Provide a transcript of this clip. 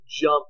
jump